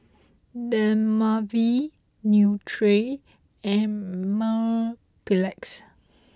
Dermaveen Nutren and Mepilex